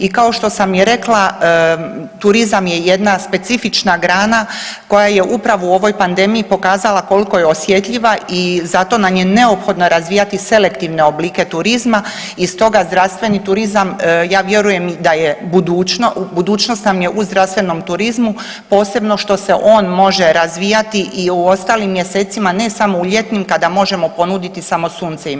I kao što sam i rekla, turizam je jedna specifična grana koja je upravo u ovoj pandemiji pokazala koliko je osjetljiva i zato nam je neophodno razvijati selektivne oblike turizma i stoga zdravstveni turizam ja vjerujem da je budućnost, budućnost nam je u zdravstvenom turizmu posebno što se on može razvijati i u ostalim mjesecima ne samo u ljetnim kada možemo ponuditi samo sunce i more.